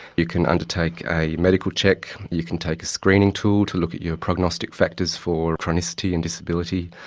you can undertake a medical check, you can take a screening tool to look at your prognostic factors for chronicity and disability,